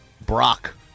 Brock